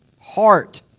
heart